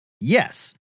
Yes